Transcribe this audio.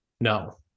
no